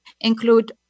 include